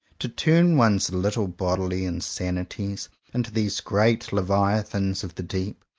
to turn one's little bodily insanities into these great leviathans of the deep,